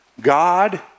God